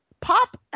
Pop